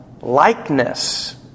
likeness